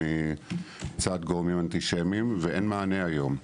מצד גורמים אנטישמיים ואין מענה היום.